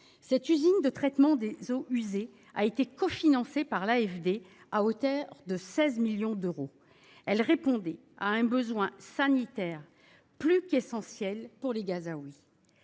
Cette usine de traitement des eaux usées a été cofinancée par l’AFD à hauteur de 16 millions d’euros et répondait à un besoin sanitaire plus qu’essentiel pour les Gazaouis.